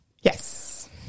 Yes